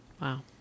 Wow